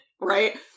right